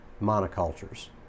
monocultures